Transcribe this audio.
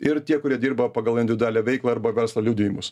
ir tie kurie dirba pagal individualią veiklą arba verslo liudijimus